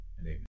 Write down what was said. Amen